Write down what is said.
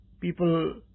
people